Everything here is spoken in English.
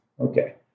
Okay